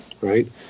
right